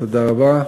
תודה רבה.